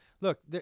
Look